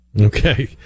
Okay